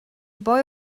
boy